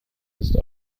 ist